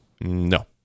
No